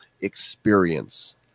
experience